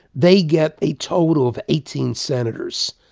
they get a total of eighteen senators.